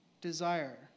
desire